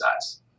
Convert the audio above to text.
size